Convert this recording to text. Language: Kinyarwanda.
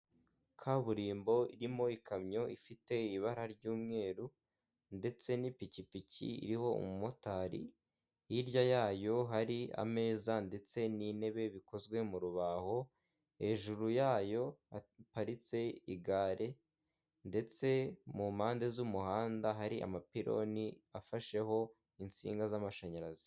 Kaburimbo irimo ikamyo ifite ibara ry'umweru ndetse n'ipikipiki iriho umu motari hirya yayo hari ameza ndetse n'intebe bikozwe mu rubaho ,hejuru yayo haparitse igare ndetse mu mpande z'umuhanda hari amapironi afasheho insinga z'amashanyarazi.